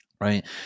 right